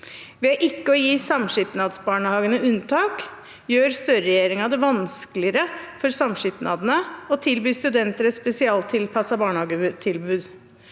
Ved ikke å gi samskipnadsbarnehagene unntak gjør Støre-regjeringen det vanskeligere for samskipnadene å tilby studenter et spesialtilpasset barnehagetilbud.